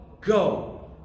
Go